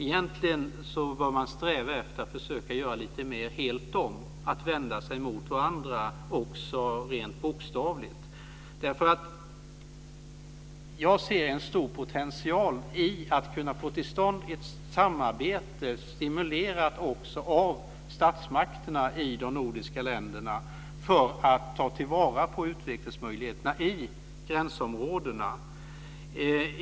Egentligen bör man sträva efter att göra lite mer helt om, att vända sig mot varandra också rent bokstavligt. Jag ser en stor potential i att kunna få till stånd ett samarbete, stimulerat också av statsmakterna i de nordiska länderna, för att ta till vara utvecklingsmöjligheterna i gränsområdena.